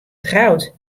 troud